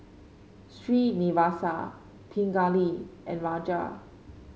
Srinivasa Pingali and Raja